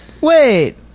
wait